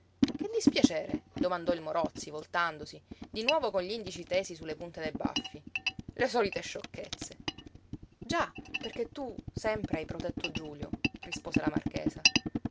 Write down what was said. che dispiacere domandò il morozzi voltandosi di nuovo con gl'indici tesi su le punte dei baffi le solite sciocchezze già perché tu sempre hai protetto giulio rispose la marchesa